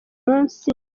musi